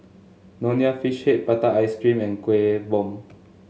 Nonya Fish Head Prata Ice Cream and Kueh Bom